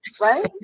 Right